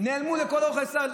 נעלמו לאורך כל ההיסטוריה.